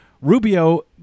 Rubio